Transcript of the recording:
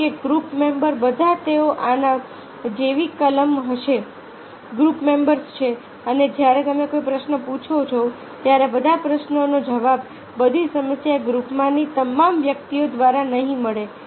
જેમ કે group member બધા તે આના જેવી કોલમ હશે ગ્રુપ મેમ્બર્સ છે અને જ્યારે તમે કોઈ પ્રશ્ન પૂછો છો ત્યારે બધા પ્રશ્નનો જવાબ બધી સમસ્યા ગ્રુપમાંની તમામ વ્યક્તિઓ દ્વારા નહીં મળે